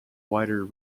wider